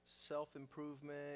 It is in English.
self-improvement